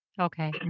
Okay